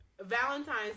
Valentine's